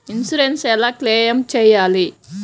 Insurance ఎలా claim చేయాలి?